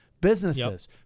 businesses